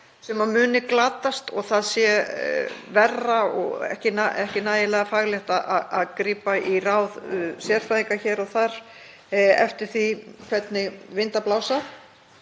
sem muni glatast og það sé verra og ekki nægilega faglegt að grípa í ráð sérfræðinga hér og þar eftir því hvernig vindar blása